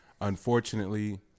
unfortunately